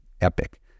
epic